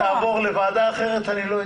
אם זה יעבור לוועדה אחרת, אני לא יודע.